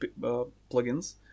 plugins